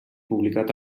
publicat